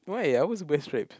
why I always wear stripe